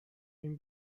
این